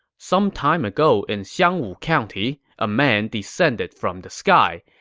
sometime ago in xiangwu county, a man descended from the sky.